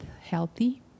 healthy